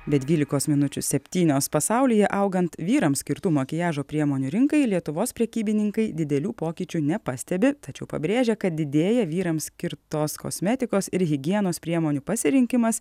be dvylikos minučių septynios pasaulyje augant vyrams skirtų makiažo priemonių rinkai lietuvos prekybininkai didelių pokyčių nepastebi tačiau pabrėžia kad didėja vyrams skirtos kosmetikos ir higienos priemonių pasirinkimas